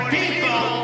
people